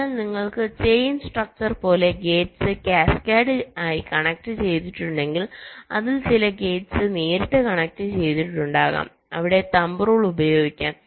അതിനാൽ നിങ്ങൾക് chain structure പോലെ ഗേറ്റ്സ് ക്യാസ്കേട് ആയി കണക്ട് ചെയ്തിട്ടുണ്ടെങ്കിൽ അതിൽ ചില ഗേറ്റ്സ് നേരിട്ട് കണക്ട് ചെയ്തിട്ടുണ്ടാകാം അവിടെ തംബ് റൂൾ ഉപയോഗിക്കാം